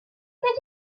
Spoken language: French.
petite